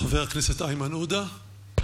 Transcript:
חבר הכנסת איימן עודה,